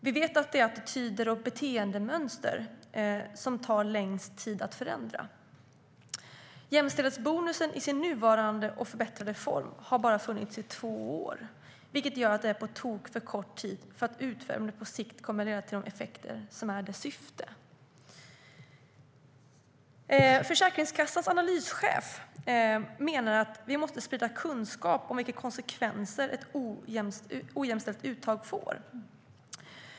Vi vet att attityder och beteendemönster tar längst tid att förändra. Försäkringskassans analyschef menar att vi måste sprida kunskap om vilka konsekvenser ett ojämställt uttag får.